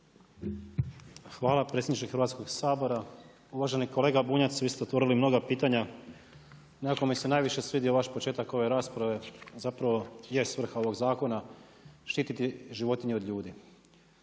Hvala predsjedniče Hrvatskog sabora. Uvaženi kolega Bunjac, vi ste otvorili mnoga pitanja, nekako mi se najviše svidio vaš početak ove rasprave, zapravo je svrha ova zakona štiti životinja od ljudi.